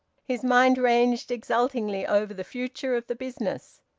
his mind ranged exultingly over the future of the business.